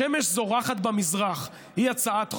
השמש זורחת במזרח היא הצעת חוק.